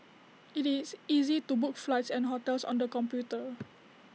IT is easy to book flights and hotels on the computer